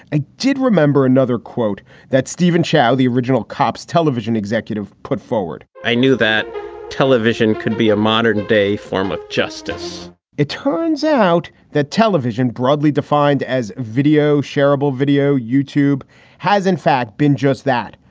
i did remember another quote that stephen chow, the original cops television executive, put forward i knew that television could be a modern day form of justice it turns out that television, broadly defined as video, shareable video youtube has in fact been just that,